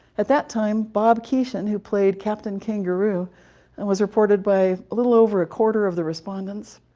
at that time, bob keeshan, who played captain kangaroo and was reported by a little over a quarter of the respondents.